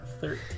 Thirteen